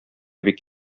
бик